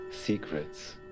Secrets